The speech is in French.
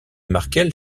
markel